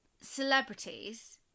celebrities